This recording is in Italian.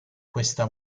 questa